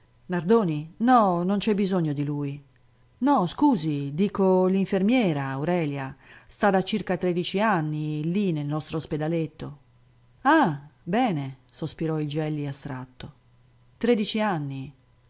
nardoni no non c'è bisogno di lui no scusi dico l'infermiera aurelia sta da circa tredici anni lì nel nostro ospedaletto ah bene sospirò il gelli astratto tredici anni